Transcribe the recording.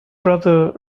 brother